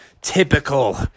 typical